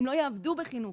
הן לא יעבדו בחינוך,